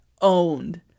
Owned